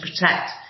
protect